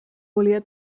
volia